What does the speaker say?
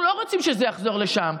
אנחנו לא רוצים שזה יחזור לשם.